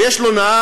ויש לו נהג,